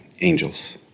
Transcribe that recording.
Angels